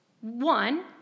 One